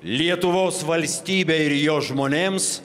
lietuvos valstybei ir jos žmonėms